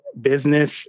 business